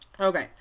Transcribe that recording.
Okay